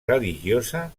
religiosa